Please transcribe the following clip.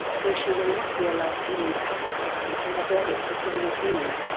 though she will not be allowed to leave pakistan until the verdict has been reviewed,